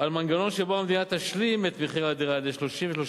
על מנגנון שבו המדינה תשלים את מחיר הדירה ל-33,000